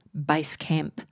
Basecamp